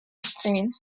screen